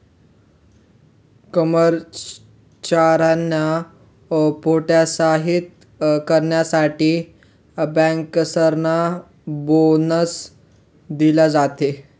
कर्मचाऱ्यांना प्रोत्साहित करण्यासाठी बँकर्सना बोनस दिला जातो